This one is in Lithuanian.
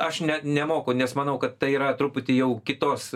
aš ne nemoku nes manau kad tai yra truputį jau kitos